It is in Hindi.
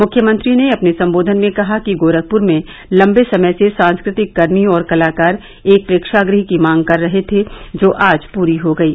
मुख्यमंत्री ने अपने सम्बोघन में कहा कि गोरखपुर में लंबे समय से सांस्कृतिक कर्मी और कलाकार एक प्रेक्षागृह की मांग कर रहे थे जो आज पूरी हो गयी